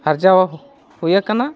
ᱟᱨᱡᱟᱣ ᱦᱩᱭ ᱟᱠᱟᱱᱟ